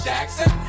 Jackson